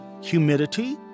humidity